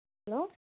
hello